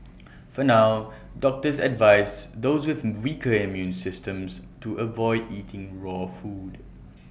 for now doctors advise those with weaker immune systems to avoid eating raw food